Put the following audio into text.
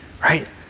right